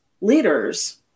leaders